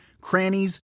crannies